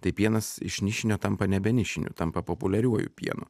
tai pienas iš nišinio tampa nebe nišiniu tampa populiariuoju pienu